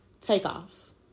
Takeoff